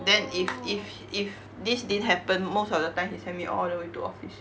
then if if if this didn't happen most of the time he send me all the way to office